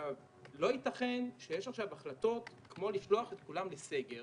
לא ייתכן שיש עכשיו החלטות כמו לפתוח את כולם לסגר